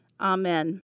Amen